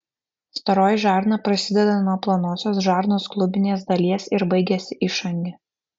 storoji žarna prasideda nuo plonosios žarnos klubinės dalies ir baigiasi išange